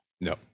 No